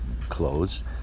clothes